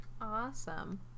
awesome